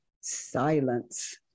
silence